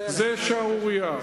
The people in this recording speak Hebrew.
זו שערורייה.